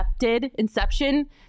inception